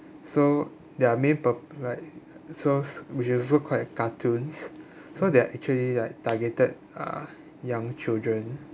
so their main pur~ like so which is also quite cartoons so that actually like targeted uh young children